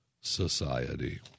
society